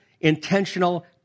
intentional